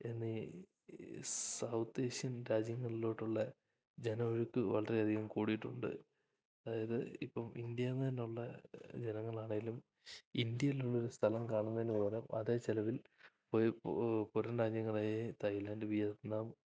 എന്നീ സൗത്തേഷ്യൻ രാജ്യങ്ങളിലോട്ടുള്ള ജന ഒഴുക്ക് വളരെയധികം കൂടിയിട്ടുണ്ട് അതായത് ഇപ്പം ഇന്ത്യയിൽ നിന്നുള്ള ജനങ്ങളാണേലും ഇന്ത്യയിൽ ഉള്ള ഒരു സ്ഥലം കാണുന്നതിന് പകരം അതേ ചിലവിൽ അത് പുറം രാജ്യങ്ങളായ തായ്ലൻഡ് വിയറ്റ്നാം